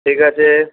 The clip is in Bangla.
ঠিক আছে